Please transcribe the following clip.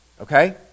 okay